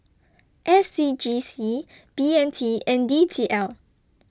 S C G C B M T and D T L